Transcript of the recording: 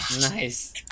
Nice